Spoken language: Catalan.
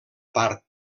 part